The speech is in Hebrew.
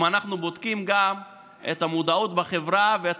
אם אנחנו בודקים גם את המודעות בחברה ואת